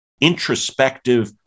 introspective